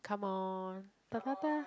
come on